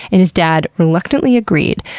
and his dad reluctantly agreed,